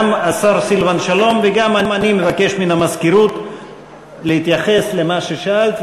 גם השר סילבן שלום וגם אני נבקש מהמזכירות להתייחס למה ששאלת,